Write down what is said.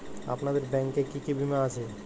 আপনাদের ব্যাংক এ কি কি বীমা আছে?